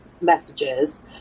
messages